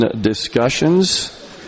discussions